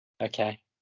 Okay